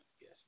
Yes